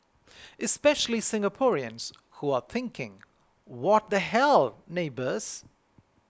especially Singaporeans who are thinking what the hell neighbours